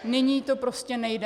Nyní to prostě nejde.